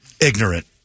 ignorant